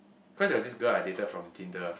cause there was this girl I dated from Tinder